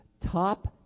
top